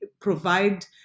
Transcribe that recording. provide